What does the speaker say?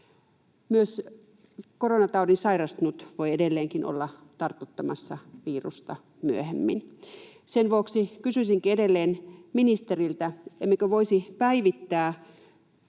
Myös koronataudin sairastanut voi edelleenkin olla tartuttamassa virusta myöhemmin. Sen vuoksi kysyisinkin edelleen ministeriltä, emmekö voisi päivittää